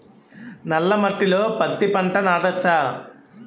నల్ల మట్టిలో పత్తి పంట నాటచ్చా?